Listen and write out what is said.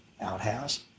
outhouse